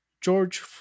George